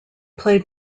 played